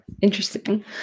Interesting